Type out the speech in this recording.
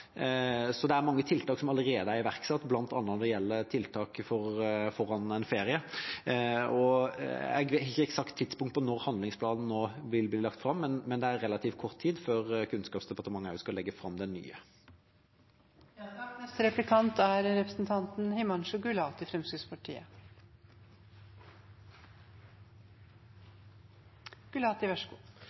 så det er mange tiltak som allerede er iverksatt, bl.a. når det gjelder tiltak foran en ferie. Jeg har ikke eksakt tidspunkt for når handlingsplanen nå vil bli lagt fram, men det er relativt kort tid før Kunnskapsdepartementet også skal legge fram den nye. I en av rapportene som kom i fjor, kom det også fram at barnevernet i